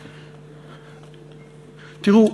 תראו,